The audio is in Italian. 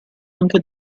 anche